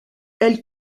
elle